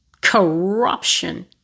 Corruption